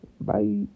Bye